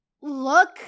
look